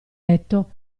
letto